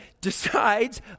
decides